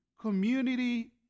Community